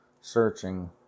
searching